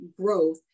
growth